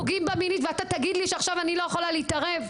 פוגעים בה מינית ואתה תגיד לי שעכשיו אני לא יכולה להתערב?'